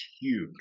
huge